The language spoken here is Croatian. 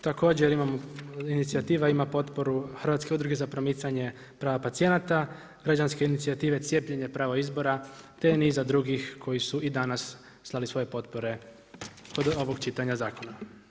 Također inicijativa ima potporu Hrvatske udruge za promicanje prava pacijenata, građanske inicijative cijepljenje prava izbora, te niza drugih koji su i danas slali svoje potpore kod ovog čitanja zakona.